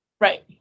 Right